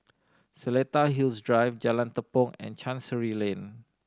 Seletar Hills Drive Jalan Tepong and Chancery Lane